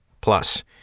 Plus